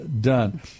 done